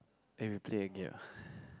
eh we play a game